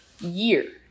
year